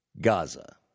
Gaza